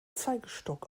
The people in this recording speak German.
zeigestock